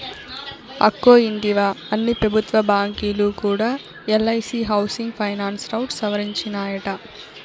అక్కో ఇంటివా, అన్ని పెబుత్వ బాంకీలు కూడా ఎల్ఐసీ హౌసింగ్ ఫైనాన్స్ రౌట్ సవరించినాయట